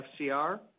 FCR